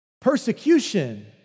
persecution